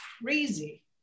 crazy